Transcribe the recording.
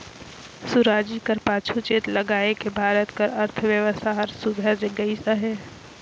सुराजी कर पाछू चेत लगाएके भारत कर अर्थबेवस्था हर सुधरत गइस अहे